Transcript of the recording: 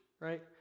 right